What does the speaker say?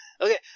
Okay